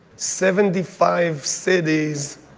seventy-five cities,